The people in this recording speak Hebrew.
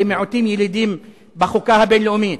למיעוטים ילידים בחוקה הבין-לאומית.